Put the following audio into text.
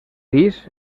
pis